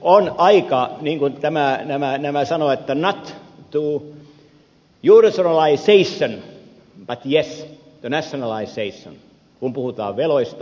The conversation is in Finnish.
on aika sille niin kuin nämä sanovat että no to europeanisation but yes to nationalisation kun puhutaan veloista